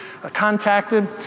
contacted